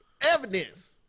Evidence